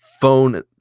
phone